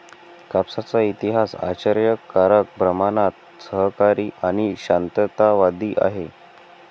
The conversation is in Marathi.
कापसाचा इतिहास आश्चर्यकारक प्रमाणात सहकारी आणि शांततावादी आहे